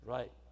Right